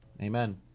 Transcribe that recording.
Amen